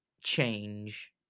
change